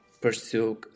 pursue